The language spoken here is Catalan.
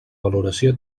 valoració